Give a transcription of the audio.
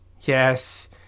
yes